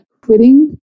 quitting